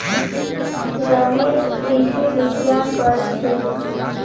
रमेश कृषि विज्ञान पढ़ छेक